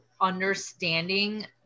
understanding